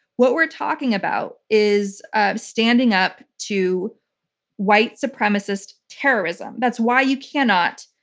what we're talking about is ah standing up to white supremacist terrorism. that's why you cannot.